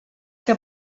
que